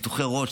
ניתוחי ראש,